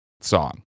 song